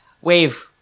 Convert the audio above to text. wave